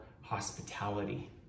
hospitality